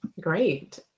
great